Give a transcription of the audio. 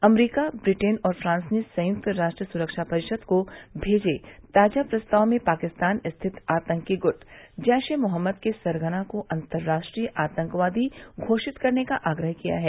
अमरीका Britain और France ने संयुक्त राष्ट्र सुरक्षा परिषद को भेजे ताजा प्रस्ताव में पाकिस्तान स्थित आतंकी गुट जैश ए मोहम्मद के सरगना को अंतर्राष्ट्रीय आतंकवादी घोषित करने का आग्रह किया है